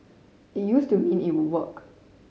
it used to mean it would work